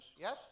yes